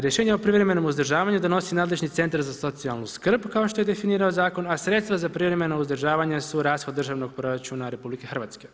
Rješenje o privremenom uzdržavanju donosi nadležni centar za socijalnu skrb, kao što je definirao zakon, a sredstva za privremeno uzdržavanje su rashod državnog proračuna RH.